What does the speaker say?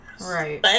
Right